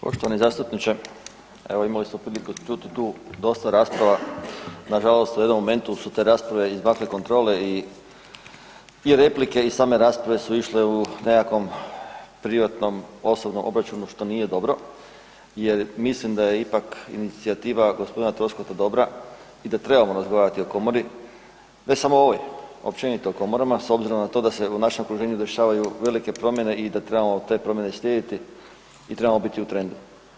Poštovani zastupniče, evo imali ste priliku čut tu dosta rasprava, nažalost u jednom momentu su te rasprave izmakle kontroli i replike i same rasprave su išle u nekakvom privatnom, osobnom obračunu što nije dobro jer mislim da je ipak inicijativa g. Troskota dobra i da trebamo razgovarati o komori, ne samo o ovoj, općenito o komorama s obzirom na to da se u našem okruženju dešavaju velike promjene i da trebamo te promjene slijediti i trebamo biti u trendu.